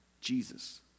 Jesus